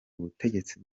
ubutegetsi